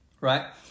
right